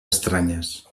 estranyes